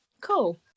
Cool